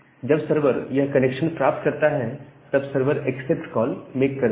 जब सर्वर यह कनेक्शन प्राप्त करता है तब server accept accept call make करता है